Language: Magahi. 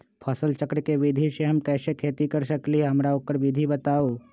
फसल चक्र के विधि से हम कैसे खेती कर सकलि ह हमरा ओकर विधि बताउ?